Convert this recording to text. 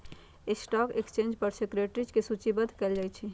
stock exchange पर securities के सूचीबद्ध कयल जाहइ